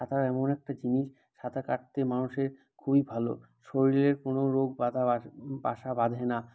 সাঁতার এমন একটা জিনিস সাঁতার কাটতে মানুষের খুবই ভালো শরীরের কোনো রোগ বাসা বাঁধে না